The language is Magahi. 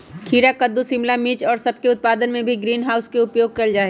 खीरा कद्दू शिमला मिर्च और सब के उत्पादन में भी ग्रीन हाउस के उपयोग कइल जाहई